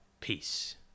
peace